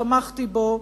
תמכתי בו,